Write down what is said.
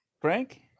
Frank